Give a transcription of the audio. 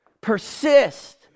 Persist